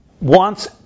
wants